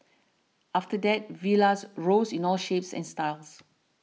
after that villas rose in all shapes and styles